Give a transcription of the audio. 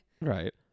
Right